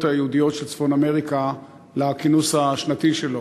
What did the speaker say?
היהודיות של צפון-אמריקה לכינוס השנתי שלו.